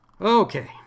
Okay